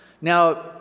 Now